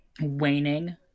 Waning